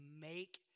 make